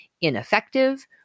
ineffective